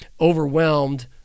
overwhelmed